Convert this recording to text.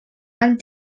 han